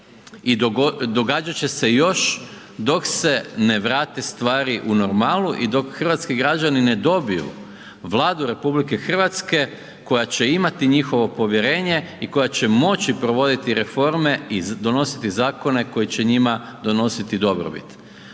i događati će se još dok se ne vrate stvari u normalu i dok hrvatski građani ne dobiju Vladu RH koja će imati njihovo povjerenje i koja će moći provoditi reforme i donositi zakone koji će njima donositi dobrobit.